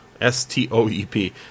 S-T-O-E-P